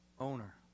owner